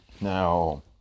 Now